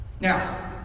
Now